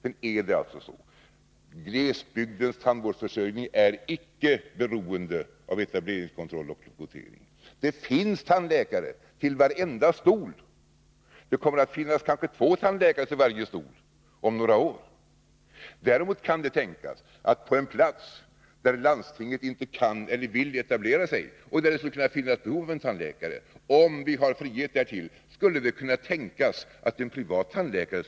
Jag vill poängtera att glesbygdens tandvårdsförsörjning icke är beroende av etableringskontroll och kvotering. Det finns tandläkare till varenda stol. Om några år kanske det kommer att finnas två tandläkare till varje stol. Däremot kan det tänkas att en privattandläkare — om det fanns frihet därtill — skulle kunna slå sig ner på en plats där landstinget inte kan eller vill etablera sig men där det finns behov av en tandläkare.